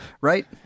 Right